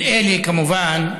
על אלה, כמובן,